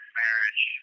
marriage